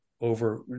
over